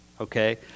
Okay